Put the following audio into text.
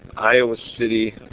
iowa city